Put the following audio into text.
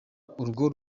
urwo